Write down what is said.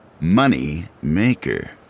Moneymaker